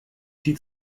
die